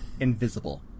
invisible